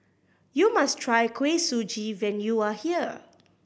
you must try Kuih Suji when you are here